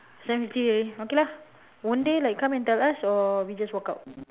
seven fifty already okay lah won't they like come and tell us or we just walk out